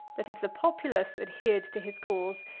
that if the populace adhered to his cause,